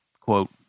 quote